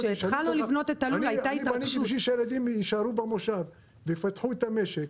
אני בשביל שהילדים יישארו במושב ויפתחו את המשק